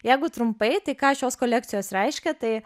jeigu trumpai tai ką šios kolekcijos reiškia tai